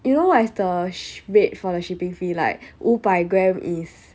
you know what is the rate for the shipping fee like 五百 gram is